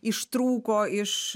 ištrūko iš